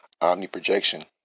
omniprojection